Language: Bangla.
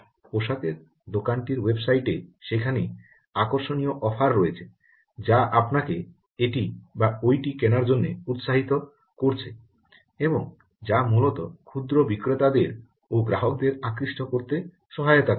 পোশাকের দোকানটির ওয়েবসাইটে সেখানে আকর্ষণীয় অফার রয়েছে যা আপনাকে এটি বা উইটি কেনার জন্য উৎসাহিত করছে এবং যা মূলত ক্ষুদ্র বিক্রেতাদের ও গ্রাহকদের আকৃষ্ট করতে সহায়তা করবে